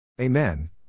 Amen